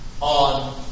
on